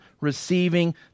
receiving